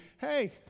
hey